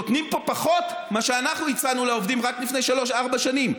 נותנים פה פחות ממה שאנחנו הצענו לעובדים רק לפני שלוש-ארבע שנים.